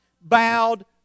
bowed